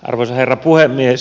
arvoisa herra puhemies